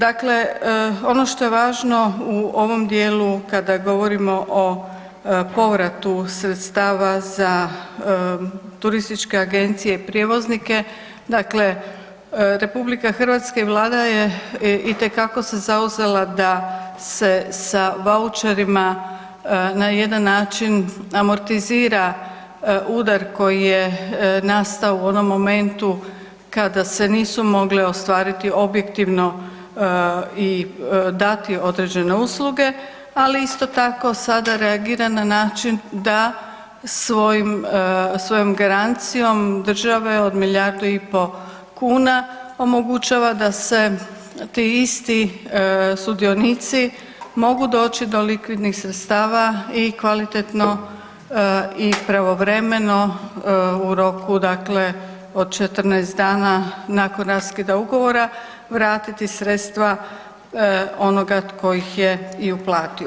Dakle, ono što je važno u ovom dijelu kada govorimo o povratu sredstva za turističke agencije i prijevoznike, dakle RH i vlada je itekako se zauzela da se sa vaučerima na jedan način amortizira udar koji je nastao u onom momentu kada se nisu mogle ostvariti objektivno i dati određene usluge, ali isto tako sada reagira na način da svojim, svojom garancijom države od milijardu i po kuna omogućava da se ti isti sudionici mogu doći do likvidnih sredstava i kvalitetno i pravovremeno u roku dakle od 14 dana nakon raskida ugovora vratiti sredstva onoga tko ih je i uplatio.